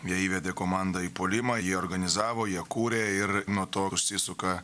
jie įvedė komandą į puolimą jie organizavo jie kūrė ir nuo to nusisuka